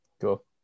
Cool